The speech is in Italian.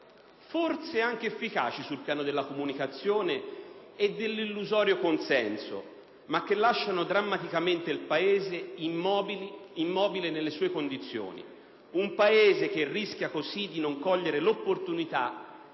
forse anche efficaci sul piano della comunicazione e dell'illusorio consenso, ma che lasciano il Paese drammaticamente immobile nelle sue condizioni, un Paese che rischia così di non cogliere l'opportunità